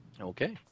Okay